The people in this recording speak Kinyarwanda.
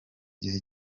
gihe